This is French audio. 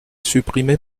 supprimée